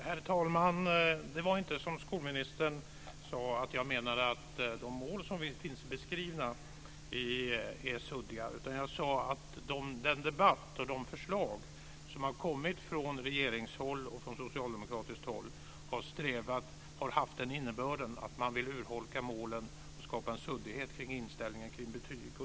Herr talman! Det var inte så, som skolministern sade, att jag menade att de mål som finns beskrivna är suddiga. Jag sade att den debatt och de förslag som har kommit från regeringshåll och från socialdemokratiskt håll har haft den innebörden att man vill urholka målen och skapa en suddighet kring inställningen till betyg.